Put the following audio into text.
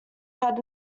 had